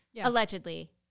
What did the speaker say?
Allegedly